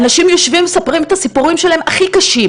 אנשים מספרים את הסיפורים הכי קשים